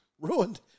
ruined